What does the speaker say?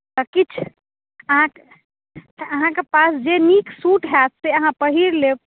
किछु अहाँ अहाँके पास जे नीक सूट हैत से अहाँ पहीरि लेब